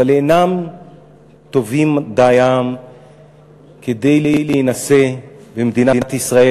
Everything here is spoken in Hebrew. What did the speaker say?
אבל אינם טובים דיים כדי להינשא במדינת ישראל